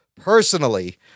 personally